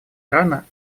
ирана